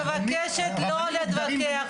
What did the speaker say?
אני אשמח לראות פרוטוקולים של זה.